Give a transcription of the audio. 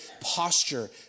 posture